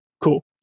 cool